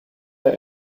der